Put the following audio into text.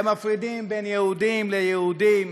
הם מפרידים בין יהודים ליהודים.